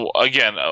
Again